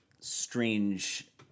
Strange